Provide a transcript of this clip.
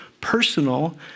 personal